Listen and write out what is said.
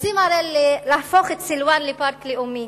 רוצים הרי להפוך את סילואן לפארק לאומי,